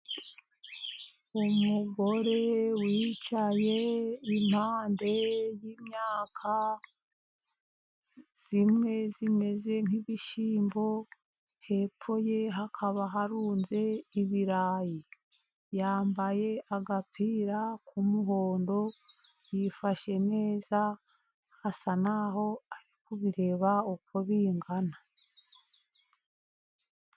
Umugore wicayeye impande y'imyaka, zimwe zimeze nk'ibishyimbo, hepfo ye hakaba harunze ibirayi, yambaye agapira k'umuhondo, yifashe neza, asa n'aho ari kubireba uko bingana.